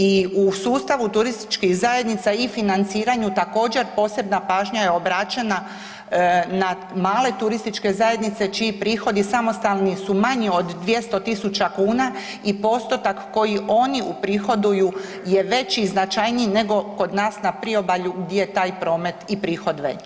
I u sustavu turističkih zajednica i financiraju također posebna pažnja je obraćena na male turističke zajednice čiji prihodi samostalni su manji od 200.000 kuna i postotak koji oni uprihoduju je veći i značajniji nego kod nas na priobalju gdje je taj promet i prihod veći, viši.